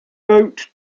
boat